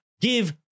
give